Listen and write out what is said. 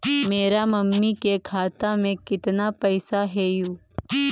मेरा मामी के खाता में कितना पैसा हेउ?